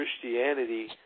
Christianity